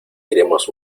iremos